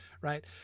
Right